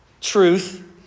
truth